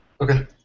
Okay